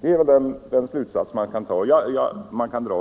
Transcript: Det är den slutsats man kan dra.